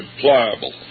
pliable